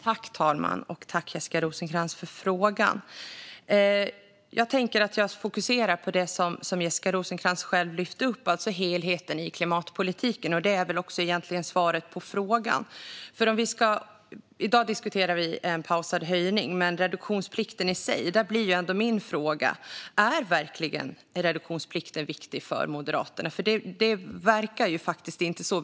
Herr talman! Jag tackar Jessica Rosencrantz för frågan. Jag tänker att jag fokuserar på något som Jessica Rosencrantz själv lyfte upp, alltså helheten i klimatpolitiken - och det är väl egentligen också svaret på frågan. I dag diskuterar vi ju en pausad höjning, men när det gäller reduktionsplikten i sig blir min fråga: Är reduktionsplikten verkligen viktig för Moderaterna? Det verkar faktiskt inte så.